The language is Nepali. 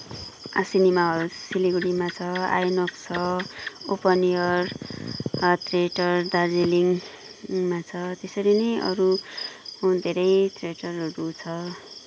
आ सिनेमा हल सिलगुढीमा छ आइनोक्स छ ओपन एयर हाट थिएटर दार्जिलिङमा छ त्यसरी नै अरू धेरै थिएटरहरू छ